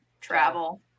travel